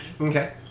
Okay